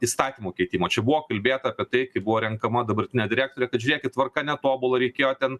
įstatymų keitimo čia buvo kalbėta apie tai kai buvo renkama dabartinė direktorė kad žiūrėkit tvarka netobula reikėjo ten